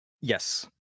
Yes